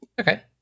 okay